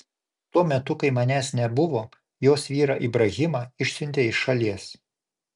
tuo metu kai manęs nebuvo jos vyrą ibrahimą išsiuntė iš šalies